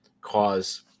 cause